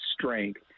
strength